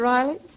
Riley